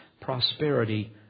prosperity